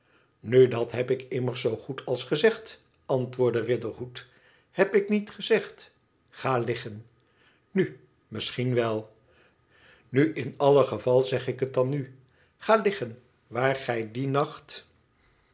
nu dat heb ik immers zoogoed als gezegd antwoordde riderhood heb ik niet gezegd ga liggen nu misschien wel nu in alle geval zeg ik het dan nu ga liggen waar gij dien nacht